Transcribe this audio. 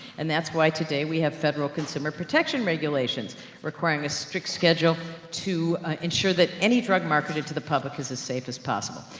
and that's why, today we have federal consumer protection regulations requiring a strict schedule to ensure that any drug marketed to the public is as safe as possible.